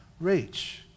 reach